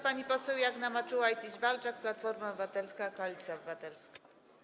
Pani poseł Jagna Marczułajtis-Walczak, Platforma Obywatelska - Koalicja Obywatelska.